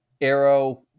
Arrow